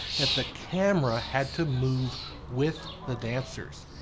that the camera had to move with the dancers.